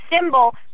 symbol